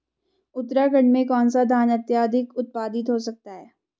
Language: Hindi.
उत्तराखंड में कौन सा धान अत्याधिक उत्पादित हो सकता है?